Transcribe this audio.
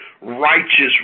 righteous